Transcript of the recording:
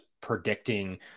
predicting